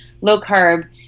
low-carb